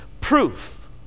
proof